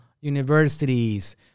universities